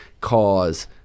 cause